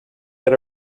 had